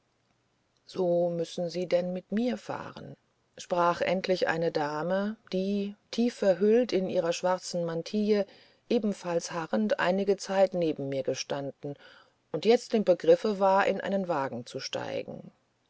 so müssen sie denn mit mir fahren sprach endlich eine dame die tief verhüllt in ihrer schwarzen mantille ebenfalls harrend einige zeit neben mir gestanden und jetzt im begriffe war in einen wagen zu steigen